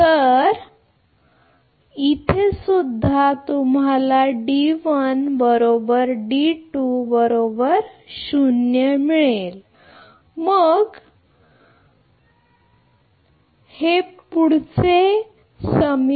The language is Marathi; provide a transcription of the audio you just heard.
जर बरोबर असेल तर तुमच्या इथेसुद्धा मग जर आपण तेच मूल्य घेतल्यास बरोबर याचा अर्थ असा की आपण घेत आहात